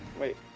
Wait